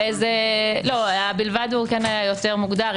ה"בלבד" יותר מוגדר.